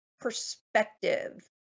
perspective